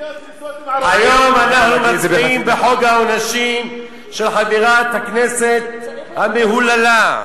היום אנחנו מצביעים בחוק העונשין של חברת הכנסת המהוללה,